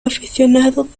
aficionados